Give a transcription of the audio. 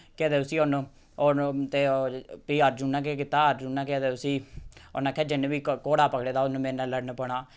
केह् आखदे उसी उ'न्न उ'न्न ते ओह् फ्ही अर्जुन ने केह् कीता अर्जुन ने केह् आखदे उसी उ'न्न आखेआ जिन्न बी घोड़ा पकड़े दा उ'न्न मेरे ने लड़न पौना